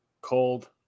cold